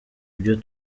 ibyo